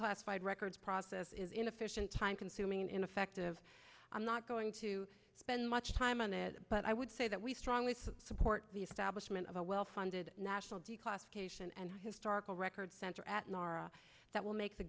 classified records process is inefficient time consuming and ineffective i'm not going to spend much time on it but i would say that we strongly support the establishment of a well funded national declassification and historical records center at nara that will make the